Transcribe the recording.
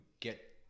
get